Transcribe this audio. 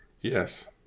Yes